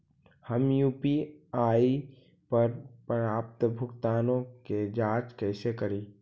हम यु.पी.आई पर प्राप्त भुगतानों के जांच कैसे करी?